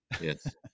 Yes